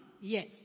yes